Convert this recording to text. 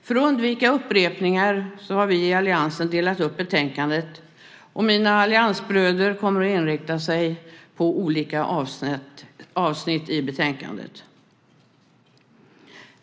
För att undvika upprepningar har vi i alliansen delat upp betänkandet, och mina alliansbröder kommer att inrikta sig på olika avsnitt i betänkandet.